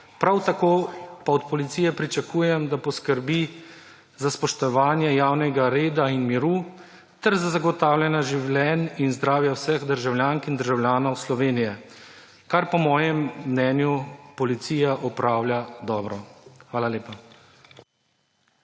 Prav tako pa od policije pričakujem, da poskrbi za spoštovanje javnega reda in miru ter za zagotavljanje življenj in zdravja vseh državljank in državljanov Slovenije, kar po mojem mnenju policija opravlja dobro. Hvala lepa.